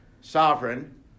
Sovereign